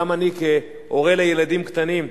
גם אני כהורה לילדים קטנים,